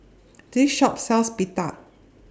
This Shop sells Pita